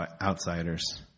outsiders